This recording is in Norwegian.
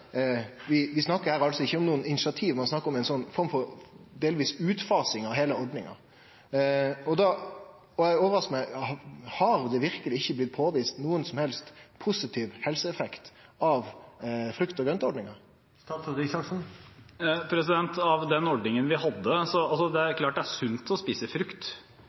ikkje om noko initiativ. Ein snakkar om ei delvis utfasing av heile ordninga. Det overraskar meg viss dette stemmer: Har det verkeleg ikkje blitt påvist nokon som helst positiv helseeffekt av frukt- og grøntordninga? Det er klart at det er sunt å spise frukt. Det er ikke noen tvil om det, men hvis man er